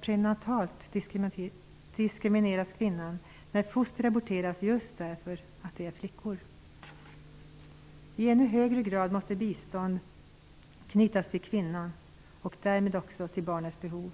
Kvinnan diskrimineras t.o.m. prenatalt när foster aborteras just därför att de är flickor. I ännu högre grad måste bistånd knytas till kvinnan och därmed också till barnens behov.